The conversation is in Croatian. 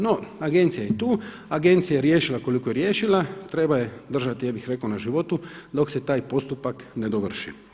No agencija je tu, agencija je riješila koliko je riješila, treba je držati ja bih rekao na životu dok se taj postupak ne dovrši.